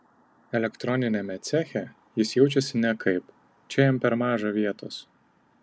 elektroniniame ceche jis jaučiasi nekaip čia jam per maža vietos